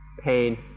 pain